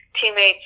teammates